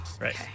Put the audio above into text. Right